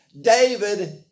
David